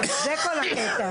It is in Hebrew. זה כל הקטע